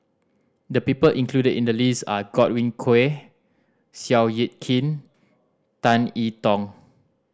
the people included in the list are Godwin Koay Seow Yit Kin Tan I Tong